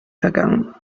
vergangen